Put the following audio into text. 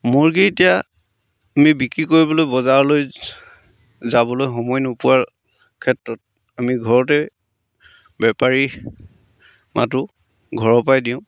মুৰ্গী এতিয়া আমি বিক্ৰী কৰিবলৈ বজাৰলৈ যাবলৈ সময় নোপোৱাৰ ক্ষেত্ৰত আমি ঘৰতে বেপাৰী মাতোঁ ঘৰৰপৰাই দিওঁ